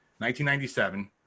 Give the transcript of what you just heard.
1997